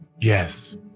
Yes